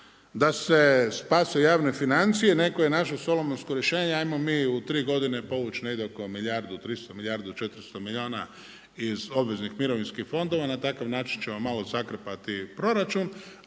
da se spase u javne financije, netko je našao solomonsko rješenje ajmo mi u 3 godine povući negdje oko milijardu i 300, milijardu i 400 milijuna iz obveznih mirovinskih fondova. Na takav način ćemo malo zakrpati proračun